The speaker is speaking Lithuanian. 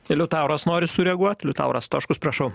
liutauras nori sureaguot liutauras stoškus prašau